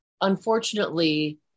unfortunately